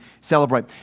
celebrate